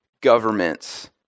governments